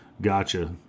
Gotcha